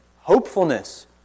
hopefulness